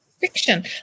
fiction